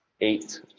eight